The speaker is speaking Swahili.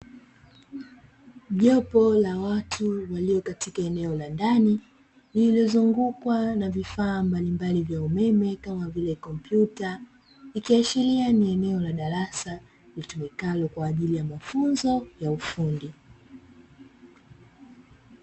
Jopo la watu walio katika eneo la ndani, lililozungukwa na vifaa mbalimbali vya umeme kamavile kompyuta, ikiashiria ni eneo la darasa litumikalo kwaajili ya mafunzo ya ufundi.